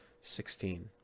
Sixteen